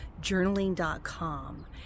Journaling.com